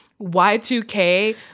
Y2K